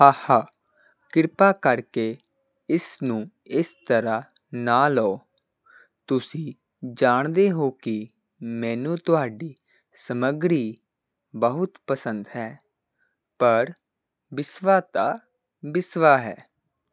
ਹਾਹਾ ਕਿਰਪਾ ਕਰਕੇ ਇਸ ਨੂੰ ਇਸ ਤਰ੍ਹਾਂ ਨਾ ਲਓ ਤੁਸੀਂ ਜਾਣਦੇ ਹੋ ਕਿ ਮੈਨੂੰ ਤੁਹਾਡੀ ਸਮੱਗਰੀ ਬਹੁਤ ਪਸੰਦ ਹੈ ਪਰ ਬਿਸਵਾ ਤਾਂ ਬਿਸਵਾ ਹੈ